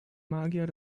magier